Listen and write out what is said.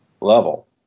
level